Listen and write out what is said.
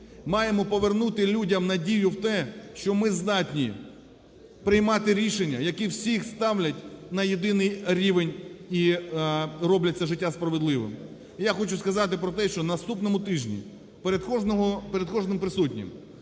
маємо повернути людям надію в те, що ми здатні приймати рішення, які всіх ставлять на єдиний рівень і роблять це життя справедливим. І я хочу сказати про те, що на наступному тижні перед кожним присутнім